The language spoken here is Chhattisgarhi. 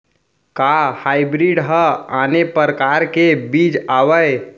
का हाइब्रिड हा आने परकार के बीज आवय?